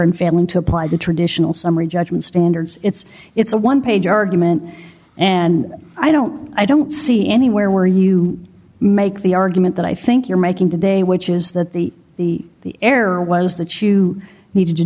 and failing to apply the traditional summary judgment standards it's it's a one page argument and i don't i don't see anywhere where you make the argument that i think you're making today which is that the the error was that you need to